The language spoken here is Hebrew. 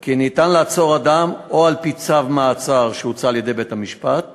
כי ניתן לעצור אדם או על-פי צו מעצר שהוצא על-ידי בית-המשפט